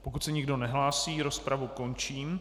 Pokud se nikdo nehlásí, rozpravu končím.